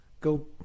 go